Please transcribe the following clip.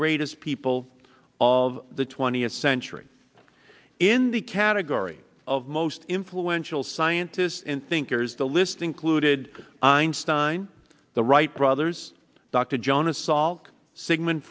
greatest people of the twentieth century in the category of most influential scientists and thinkers the list included einstein the wright brothers dr john assault sigmund